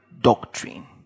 doctrine